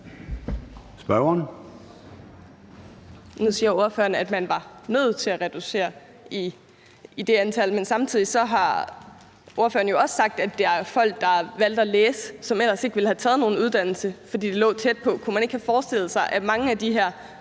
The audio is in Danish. (EL): Nu siger ordføreren, at man var nødt til at reducere i det antal, men samtidig har ordføreren jo også sagt, at der er folk, som ellers ikke havde taget nogen uddannelse, der har valgt at læse, fordi det lå tæt på. Kunne man ikke forestille sig, at mange af de her